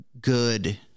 Good